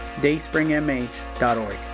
dayspringmh.org